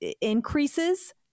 increases